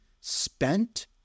spent